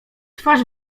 twarz